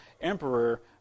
emperor